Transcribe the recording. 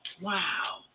Wow